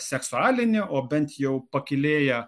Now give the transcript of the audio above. seksualinį o bent jau pakylėja